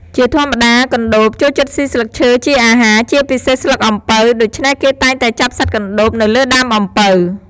ជាធម្មតា កណ្តូបចូលចិត្តស៊ីស្លឹកឈើជាអាហារ ជាពិសេសស្លឹកអំពៅ ដូច្នេះគេតែងតែចាប់សត្វកណ្តួបនៅលើដើមអំពៅ។